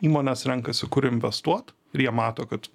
įmonės renkasi kur investuot jie mato kad